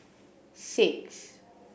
six